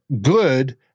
good